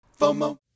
FOMO